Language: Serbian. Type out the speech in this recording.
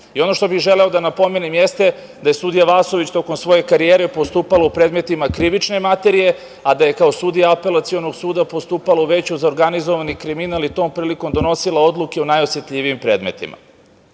suda. Ono što bih želeo da napomenem jeste da je sudija Vasović tokom svoje karijere postupala u predmetima krivične materije, a da je kao sudija Apelacionog suda postupala u Veću za organizovani kriminal i tom prilikom donosila odluke o najosetljivijim predmetima. Zato